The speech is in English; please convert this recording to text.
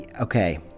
Okay